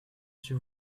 suis